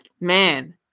Man